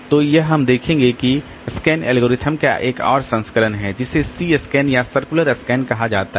तो यह हम देखेंगे कि इस SCAN एल्गोरिथम का एक और संस्करण है जिसे C SCAN या सर्कुलर SCAN कहा जाता है